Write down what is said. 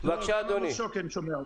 קרם חן סופר, תודה.